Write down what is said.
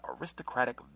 aristocratic